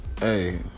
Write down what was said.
Hey